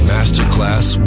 Masterclass